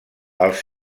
els